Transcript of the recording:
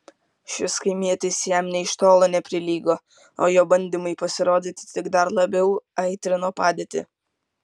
šis kaimietis jam nė iš tolo neprilygo o jo bandymai pasirodyti tik dar labiau aitrino padėtį